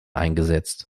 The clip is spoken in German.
eingesetzt